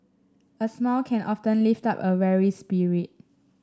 a smile can often lift up a weary spirit